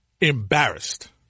embarrassed